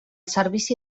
servici